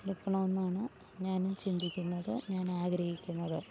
എടുക്കണമെന്നാണ് ഞാനും ചിന്തിക്കുന്നത് ഞാനാഗ്രഹിക്കുന്നത്